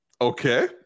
Okay